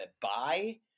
buy